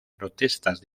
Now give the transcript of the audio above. protestas